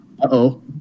Uh-oh